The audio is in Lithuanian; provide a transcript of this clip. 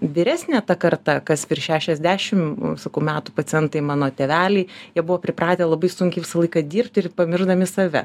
vyresnė ta karta kas virš šešiasdešim sakau metų pacientai mano tėveliai jie buvo pripratę labai sunkiai visą laiką dirbti ir pamiršdami save